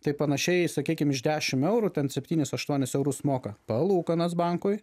tai panašiai sakykim iš dešimt eurų ten septynis aštuonis eurus moka palūkanas bankui